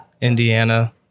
Indiana